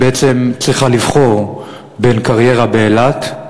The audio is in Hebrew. בעצם צריכה לבחור בין קריירה ב"אל על"